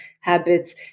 habits